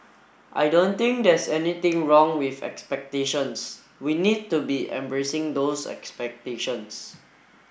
I don't think there's anything wrong with expectations we need to be embracing those expectations